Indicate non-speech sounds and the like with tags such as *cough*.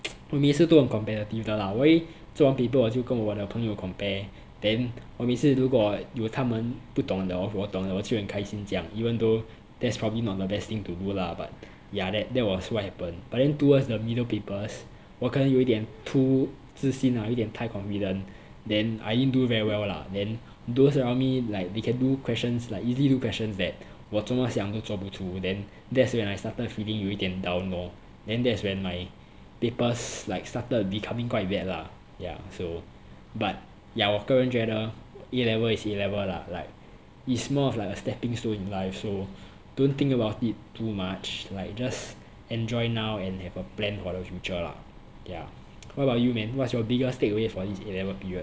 *noise* 我每次都很 competitive 我一做完 paper 就跟我的朋友 compare then 我每次如果有他们不懂的我我懂的我就很开心这样 even though that's probably not the best thing to do lah but ya that that was what happen but then towards the middle papers 我可能有一点 too 自信啊有一点太 confident then I didn't do very well lah then those around me like they can do questions like easily do questions that 我怎么想都做不出 then that's when I started feeling 有一点 down lor then that's when my papers like started becoming quite bad lah ya so but yeah 我个人觉得 A level is A level lah like it's more of like a stepping stone in life so don't think about it too much like just enjoy now and have a plan for the future lah yeah what about you man what's your biggest takeaway for A level period